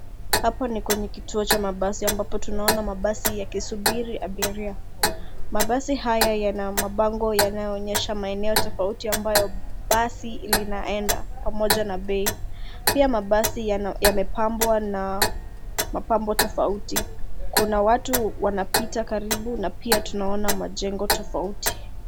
Hapo ni kwenye kituo cha mabasi ambapo tunaona mabasi yakisubiri abiria. Mabasi haya yana mabango yanayoonyesha maeneo tofauti ambayo basi linaenda pamoja na bei. Pia mabasi yamepambwa na mapambo tofauti. Kuna watu wanapita karibu na pia tunaona majengo tafauti.